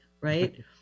Right